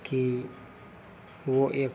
कि वो एक